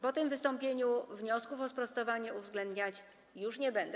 Po tym wystąpieniu wniosków o sprostowanie uwzględniać już nie będę.